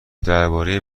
درباره